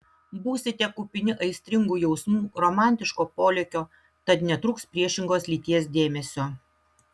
būsite kupini aistringų jausmų romantiško polėkio tad netrūks priešingos lyties dėmesio